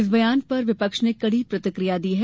इस बेयान पर विपक्ष ने कड़ी प्रतिकिया दी है